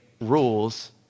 rules